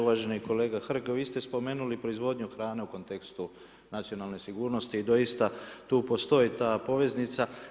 Uvaženi kolega Hrg, vi ste spomenuli proizvodnje hrane u kontekstu nacionalne sigurnosti i doista, tu postoji ta poveznica.